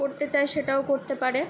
করতে চায় সেটাও করতে পারে